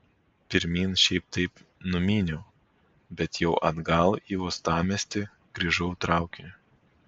pirmyn šiaip taip numyniau bet jau atgal į uostamiestį grįžau traukiniu